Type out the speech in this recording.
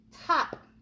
top